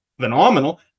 phenomenal